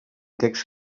text